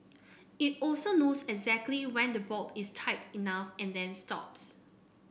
it also knows exactly when the bolt is tight enough and then stops